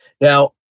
Now